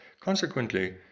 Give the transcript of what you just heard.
consequently